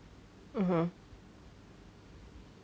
(uh huh)